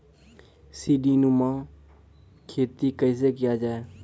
सीडीनुमा खेती कैसे किया जाय?